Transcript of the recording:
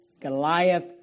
Goliath